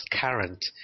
current